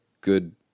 good